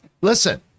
listen